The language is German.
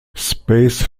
space